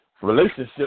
relationship